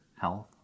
health